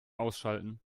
ausschalten